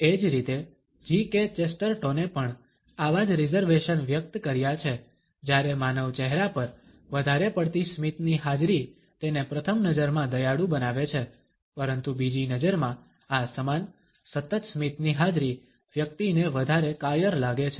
એ જ રીતે G K ચેસ્ટરટોને પણ આવા જ રિઝર્વેશન વ્યક્ત કર્યા છે જ્યારે માનવ ચહેરા પર વધારે પડતી સ્મિતની હાજરી તેને પ્રથમ નજરમાં દયાળુ બનાવે છે પરંતુ બીજી નજરમાં આ સમાન સતત સ્મિતની હાજરી વ્યક્તિને વધારે કાયર લાગે છે